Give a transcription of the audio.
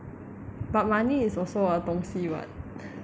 but money is also a 东西 [what]